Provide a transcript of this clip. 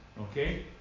Okay